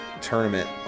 Tournament